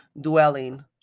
dwelling